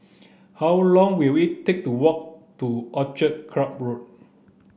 how long will it take to walk to Orchid Club Road